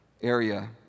area